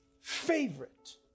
favorite